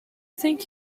think